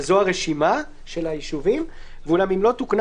שזו הרשימה של הישובים - ואולם אם לא תוקנה